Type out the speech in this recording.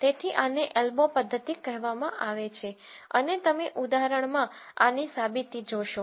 તેથી આને એલ્બો પદ્ધતિ કહેવામાં આવે છે અને તમે ઉદાહરણમાં આની સાબિતી જોશો